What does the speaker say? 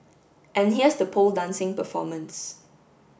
and here's the pole dancing performance